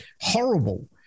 horrible